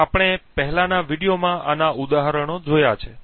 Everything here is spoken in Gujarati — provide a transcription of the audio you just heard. હવે આપણે પહેલાનાં વીડિયોમાં આનાં ઉદાહરણો જોયાં છે